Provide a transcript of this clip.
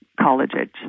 college-age